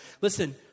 Listen